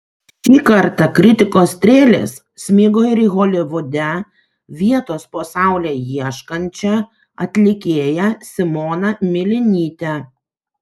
šį kartą kritikos strėlės smigo ir į holivude vietos po saule ieškančią atlikėją simoną milinytę